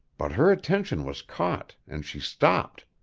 but her attention was caught, and she stopped.